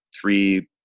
three